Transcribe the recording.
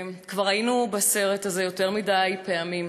כבר היינו בסרט הזה יותר מדי פעמים,